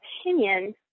opinion